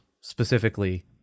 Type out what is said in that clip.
specifically